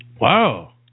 Wow